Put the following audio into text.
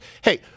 Hey